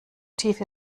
tief